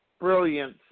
brilliance